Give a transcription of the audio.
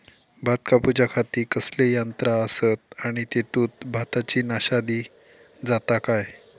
भात कापूच्या खाती कसले यांत्रा आसत आणि तेतुत भाताची नाशादी जाता काय?